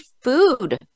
food